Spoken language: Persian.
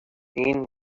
این